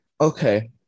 Okay